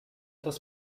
das